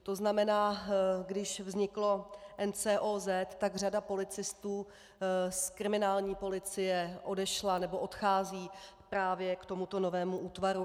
To znamená, když vzniklo NCOZ, tak řada policistů z kriminální policie odešla nebo odchází právě k tomuto novému útvaru.